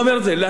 להיפך,